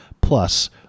plus